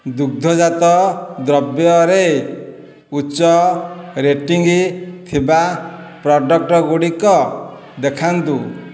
ଦୁଗ୍ଧଜାତ ଦ୍ରବ୍ୟରେ ଉଚ୍ଚ ରେଟିଙ୍ଗ୍ ଥିବା ପ୍ରଡ଼କ୍ଟ୍ଗୁଡ଼ିକ ଦେଖାନ୍ତୁ